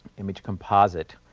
image composite,